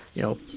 you know,